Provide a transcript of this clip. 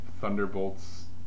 Thunderbolts